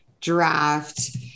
draft